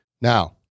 Now